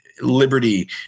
liberty